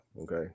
okay